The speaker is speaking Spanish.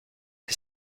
que